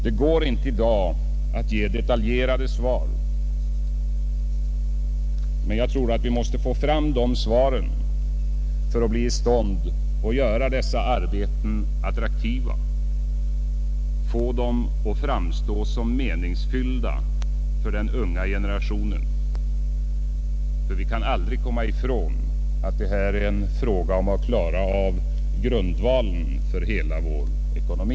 Det går inte att i dag ge detaljerade svar, men jag tror att vi måste få fram dem för att bli i stånd att göra dessa arbeten attraktiva — få dem att framstå som meningsfyllda för den unga generationen. Vi kan aldrig komma ifrån att det är fråga om att klara av grundvalen för hela vår ekonomi.